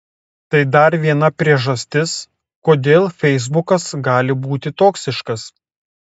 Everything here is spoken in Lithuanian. tai dar viena priežastis kodėl feisbukas gali būti toksiškas